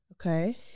Okay